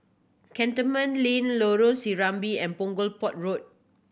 Cantonment Link Lorong Serambi and Punggol Port Road